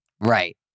Right